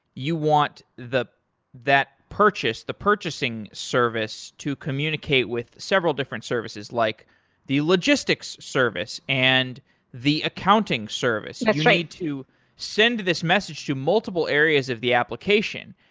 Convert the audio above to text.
you want that purchased, the purchasing service to communicate with several different services, like the logistics service, and the accounting service. you need to send this message to multiple areas of the application.